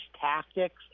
tactics